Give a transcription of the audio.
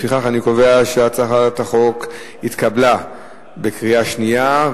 לפיכך אני קובע שהצעת החוק התקבלה בקריאה שנייה.